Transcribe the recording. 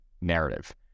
narrative